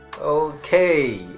Okay